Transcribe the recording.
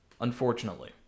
unfortunately